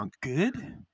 good